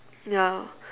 ya